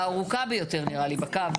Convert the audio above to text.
הארוכה ביותר נראה לי בקו.